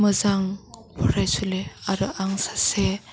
मोजां फरायसुलि आरो आं सासे